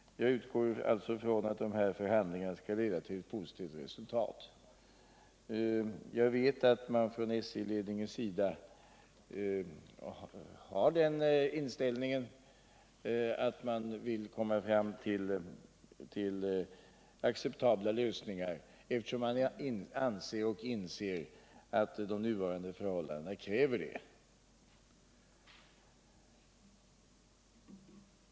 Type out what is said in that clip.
Jag utgår alltså ifrån att förhandling Nr 148 arna skall leda till ett positivt resultat. Jag vet att SJ-ledningen vill komma Måndagen den fram till acceptabla lösningar, eftersom man anser och inser att de nuvarande 22 maj 1978 förhållandena kräver det.